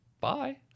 bye